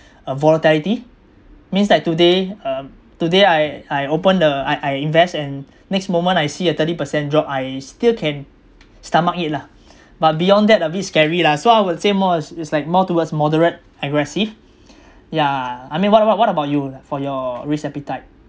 uh volatility means that today uh today I I opened the I I invest and next moment I see a thirty per cent drop I still can stomach it lah but beyond that a bit scary lah so I would say more it's it's like more towards moderate aggressive yeah I mean what about what about you for your risk appetite